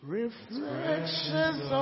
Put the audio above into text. reflections